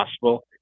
possible